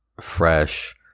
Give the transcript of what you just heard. fresh